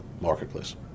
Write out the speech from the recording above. marketplace